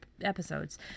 episodes